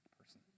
person